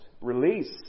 release